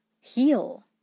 heal